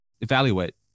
evaluate